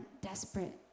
desperate